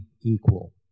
equal